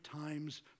times